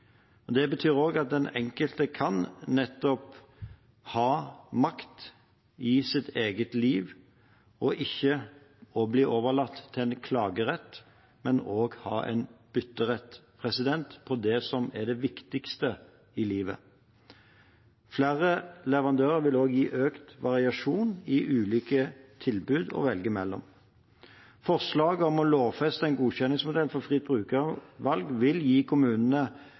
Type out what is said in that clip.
det offentlige. Det betyr også at den enkelte nettopp kan ha makt i sitt eget liv, og ikke blir overlatt til en klagerett, men også har en bytterett på det som er det viktigste i livet. Flere leverandører vil også gi økt variasjon i ulike tilbud å velge mellom. Forslaget om å lovfeste en godkjenningsmodell for fritt brukervalg vil gi kommunene